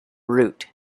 root